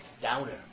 downer